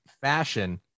fashion